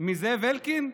מזאב אלקין?